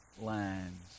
lines